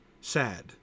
sad